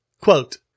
Quote